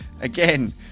again